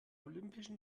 olympischen